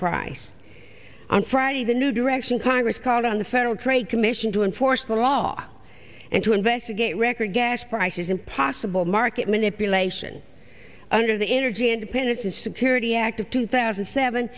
price on friday the new direction congress called on the federal trade commission to enforce the law and to investigate record gas prices impossible market manipulation under the energy independence and security act of two thousand and seven